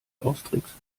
austricksen